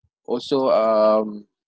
also um